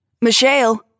Michelle